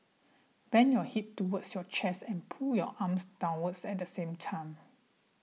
bend your hip towards your chest and pull your arms downwards at the same time